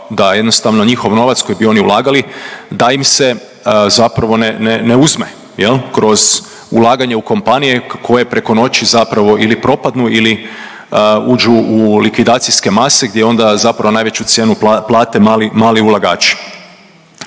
da jednostavno njihov novac koji bi oni ulagali da im se zapravo ne uzme kroz ulaganje u kompanije koje preko noći zapravo ili propadnu ili uđu u likvidacijske mase gdje onda zapravo najveću cijenu plate mali ulagači.